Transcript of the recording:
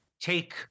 take